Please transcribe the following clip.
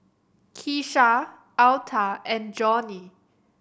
Kisha Alta and Johnie